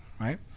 right